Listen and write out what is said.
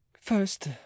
first